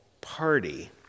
party